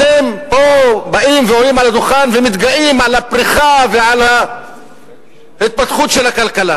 אתם באים פה ועולים על הדוכן ומתגאים על הפריחה ועל ההתפתחות של הכלכלה,